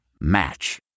Match